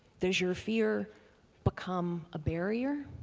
does your fear become a barrier?